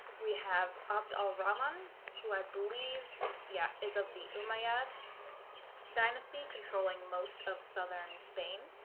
we have abd al-rahman who i believe yeah is of the umayyad dynasty controlling most of southern spain